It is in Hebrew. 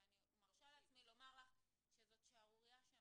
ואני מרשה לעצמי לומר לך שזאת שערורייה שהם